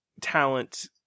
talent